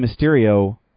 Mysterio